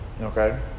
okay